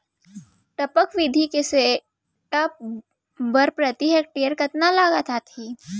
टपक विधि के सेटअप बर प्रति हेक्टेयर कतना लागत आथे?